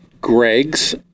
Greg's